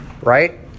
right